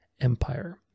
empire